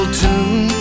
tune